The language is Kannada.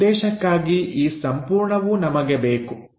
ಆ ಉದ್ದೇಶಕ್ಕಾಗಿ ಈ ಸಂಪೂರ್ಣವೂ ನಮಗೆ ಬೇಕು